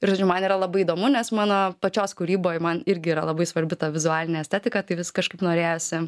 ir man yra labai įdomu nes mano pačios kūryboj man irgi yra labai svarbi ta vizualinė estetika tai vis kažkaip norėjosi